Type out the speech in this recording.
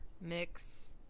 Mix